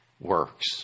works